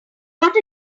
got